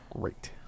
great